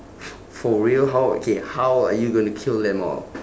f~ for real how okay how are you gonna kill them all